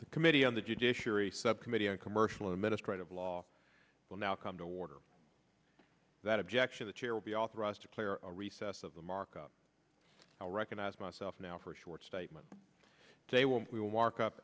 the committee on the judiciary subcommittee on commercial administrative law will now come to order that objection the chair be authorized to clear a recess of the markup now recognize myself now for a short statement they will we will mark up